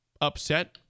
upset